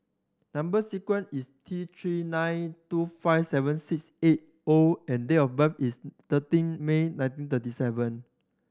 number sequence is T Three nine two five seven six eight O and date of birth is thirteen May nineteen thirty seven